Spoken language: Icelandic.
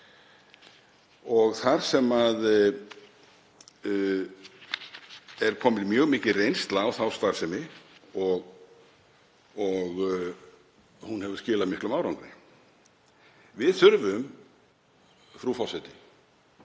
var. Þar er komin mjög mikil reynsla á þá starfsemi og hún hefur skilað miklum árangri. Við þurfum, frú forseti,